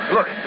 Look